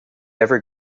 every